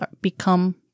become